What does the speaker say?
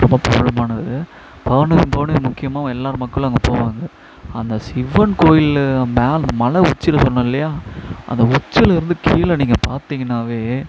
ரொம்ப பிரபலமானது பௌர்ணமிக்கு பௌர்ணமி முக்கியமாக எல்லா மக்களும் அங்கே போவாங்க அந்த சிவன் கோயில் மேலே அந்த மலை உச்சியில் சொன்னேன் இல்லையா அந்த உச்சியிலேருந்து கீழே நீங்கள் பார்த்தீங்கன்னாவே